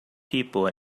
people